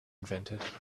invented